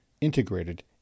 integrated